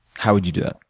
how would you do that?